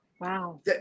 Wow